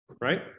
right